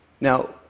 Now